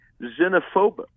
xenophobic